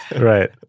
Right